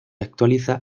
actualiza